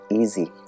easy